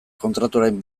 kontratuaren